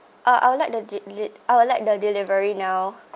uh I would like the deli~ I would like the delivery now